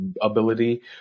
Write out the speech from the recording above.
ability